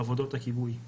בעבודות הכיבוי.